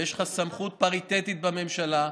ויש לך סמכות פריטטית בממשלה,